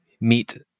meet